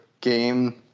game